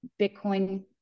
Bitcoin